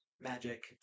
magic